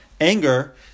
anger